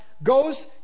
Goes